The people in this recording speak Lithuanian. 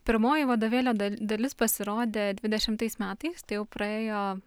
pirmoji vadovėlio dal dalis pasirodė dvidešimtais metais tai jau praėjo